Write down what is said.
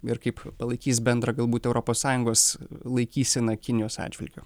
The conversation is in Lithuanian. ir kaip palaikys bendrą galbūt europos sąjungos laikyseną kinijos atžvilgiu